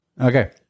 Okay